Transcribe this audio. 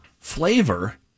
flavor